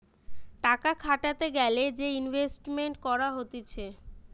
টাকা খাটাতে গ্যালে যে ইনভেস্টমেন্ট করা হতিছে